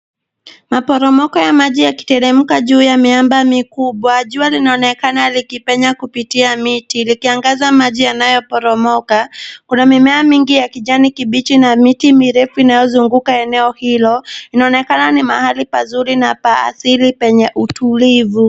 Maporomoko ya maji yakiteremka juu ya miamba mikubwa. Jua linaonekana likipenya kupitia miti, likiangaza maji yanayoporomoka. Kuna mimea mingi ya kijani kibichi, na miti mirefu inayozunguka eneo hilo. Inaonekana ni mahali pazuri na pa asili na penye utulivu.